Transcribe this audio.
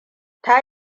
ta